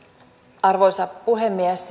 arvoisa puhemies